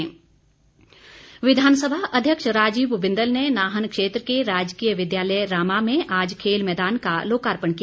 बिंदल विधानसभा अध्यक्ष राजीव बिंदल ने नाहन क्षेत्र के राजकीय विद्यालय रामा में आज खेल मैदान का लोकार्पण किया